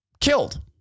killed